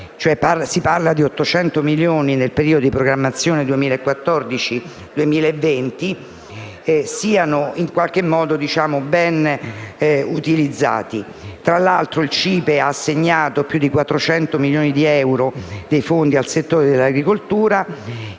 si parla di 800 milioni nel periodo di programmazione 2014-2020 - siano ben utilizzati. Tra l’altro, il CIPE ha assegnato più di 400 milioni di euro dei fondi al settore dell’agricoltura